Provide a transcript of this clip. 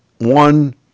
one